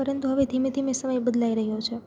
પરંતુ હવે ધીમે ધીમે સમય બદલાઈ રહ્યો છે